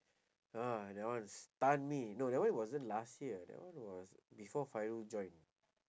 !wah! that one stun me no that one wasn't last year that one was before fairul join